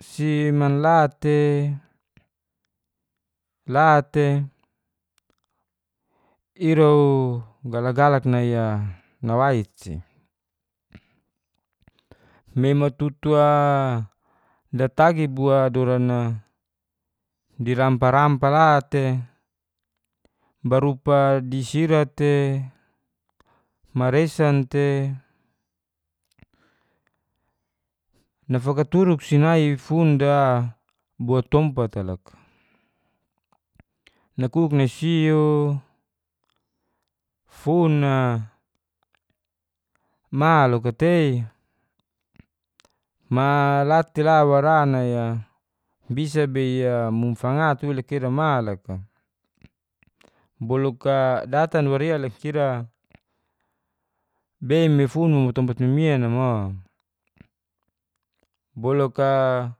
si manla te la te ira o galak galak nai a nawait si. me ma tutu a datagi bua doran a dirampa rampa la te barupa di sira te, maresan te, nafakaturuk si nai fun da boa tompat a loka. nakuk nai si o fun a ma loka tei ma la te la wara nai a bisa bei a mumu fanga tu loka ira ma loka boluk a datan wa ria loka ira bei me mufun ni tompat mimian a mo boluk a